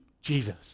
Jesus